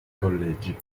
collegi